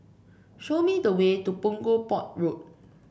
show me the way to Punggol Port Road